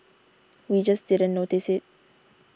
we just didn't notice it